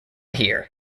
here